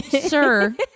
sir